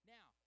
Now